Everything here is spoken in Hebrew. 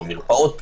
המרפאות פתוחות,